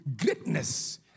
greatness